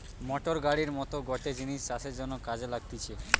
motor গাড়ির মত গটে জিনিস চাষের জন্যে কাজে লাগতিছে